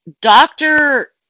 doctor